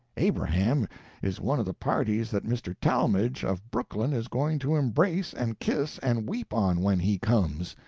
abraham is one of the parties that mr. talmage, of brooklyn, is going to embrace, and kiss, and weep on, when he comes.